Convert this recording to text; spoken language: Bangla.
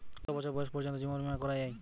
কত বছর বয়স পর্জন্ত জীবন বিমা করা য়ায়?